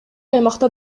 аймакта